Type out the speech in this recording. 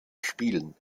spielen